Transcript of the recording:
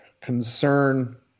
concern